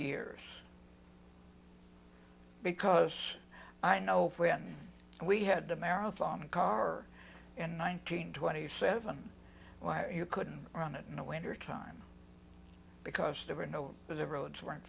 years because i know when we had a marathon car in nineteen twenty seven why you couldn't run it in the winter time because there were no to the roads weren't